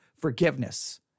Forgiveness